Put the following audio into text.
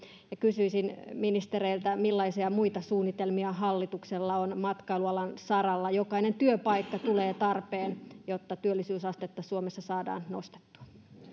kysyisin ministereiltä millaisia muita suunnitelmia hallituksella on matkailu alan saralla jokainen työpaikka tulee tarpeeseen jotta työllisyysastetta suomessa saadaan nostettua